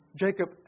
Jacob